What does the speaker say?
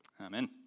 Amen